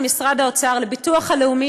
למשרד האוצר ולביטוח הלאומי,